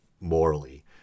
morally